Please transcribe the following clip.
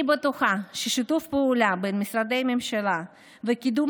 אני בטוחה ששיתוף פעולה בין משרדי ממשלה וקידום